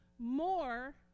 More